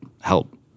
help